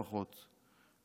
לפחות,